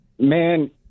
Man